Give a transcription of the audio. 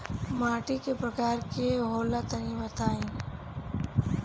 माटी कै प्रकार के होला तनि बताई?